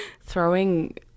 throwing